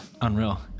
Unreal